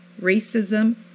racism